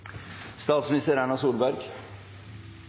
statsminister Erna Solberg